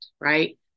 right